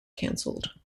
cancelled